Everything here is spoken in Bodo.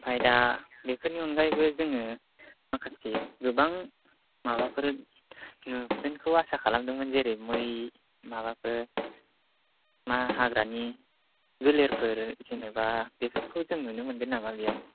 ओंफ्राय दा बेफोरनि अनगायैबो जोङो माखासे गोबां माबाफोर नुगोनखौ आसा खालामदोंमोन जेरै मै माबाफोर मा हाग्रानि गोलेरफोर बेफोरखौ जों नुनो मोनगोन नामा बियाव